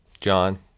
John